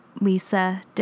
Lisa